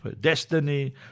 destiny